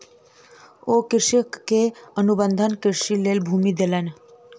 ओ कृषक के अनुबंध कृषिक लेल भूमि देलैन